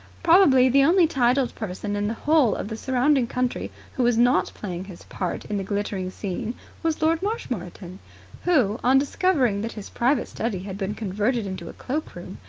probably the only titled person in the whole of the surrounding country who was not playing his part in the glittering scene was lord marshmoreton who, on discovering that his private study had been converted into a cloakroom,